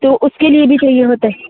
तो उसके लिए भी चाहिए होता है